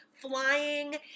flying